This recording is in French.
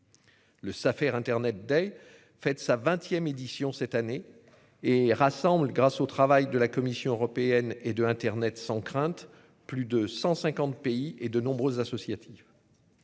Le s'affairent Internet dès fête sa 20ème édition cette année et rassemble grâce au travail de la Commission européenne et de internet sans crainte. Plus de 150 pays et de nombreuses associative.